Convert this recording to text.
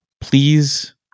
please